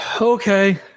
okay